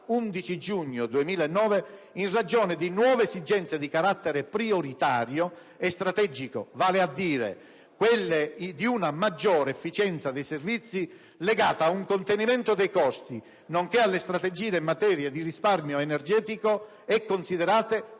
giugno 2009, in ragione di nuove esigenze di carattere prioritario e strategico, vale a dire quelle di una maggiore efficienza dei servizi legata ad un contenimento dei costi, nonché alle strategie in materia di risparmio energetico, e considerate